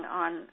on